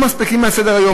לא מספיק על סדר-היום,